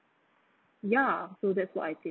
ya so that's why I think